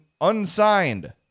unsigned